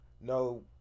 No